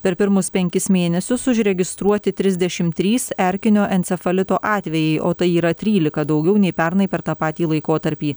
per pirmus penkis mėnesius užregistruoti trisdešim trys erkinio encefalito atvejai o tai yra trylika daugiau nei pernai per tą patį laikotarpį